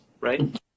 right